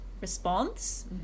response